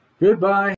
Goodbye